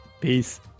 Peace